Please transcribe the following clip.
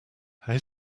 how